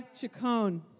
Chacon